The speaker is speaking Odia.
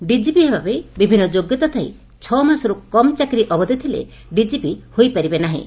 ଡିଜିପି ହେବା ପାଇଁ ବିଭିନ୍ନ ଯୋଗ୍ୟତା ଥାଇ ଛଅମାସରୁ କମ୍ ଚାକିରୀ ଅବଧି ଥିଲେ ଡିଜିପି ହୋଇପାରିବେ ନାହିଁ